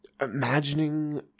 imagining